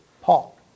Paul